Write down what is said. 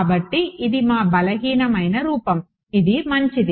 కాబట్టి ఇది మా బలహీనమైన రూపం ఇది మంచిది